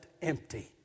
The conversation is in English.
Empty